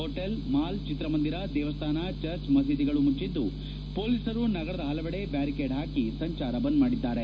hotel mall ಚಿತ್ರಮಂದಿರ ದೇವಸ್ಥಾನ church ಮಸೀದಿಗಳು ಮುಚ್ಟದ್ದು ಪೊಲೀಸರು ನಗರದ ಪಲವೆಡೆ ಬ್ಯಾರಿಕೇಡ್ ಹಾಕಿ ಸಂಚಾರ ಬಂದ್ ಮಾಡಿದ್ದಾರೆ